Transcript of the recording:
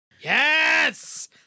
yes